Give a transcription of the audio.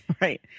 Right